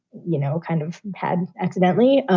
you know, kind of had accidentally.